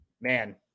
man